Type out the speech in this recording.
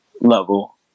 level